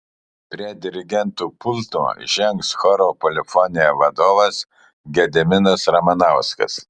prie dirigento pulto žengs choro polifonija vadovas gediminas ramanauskas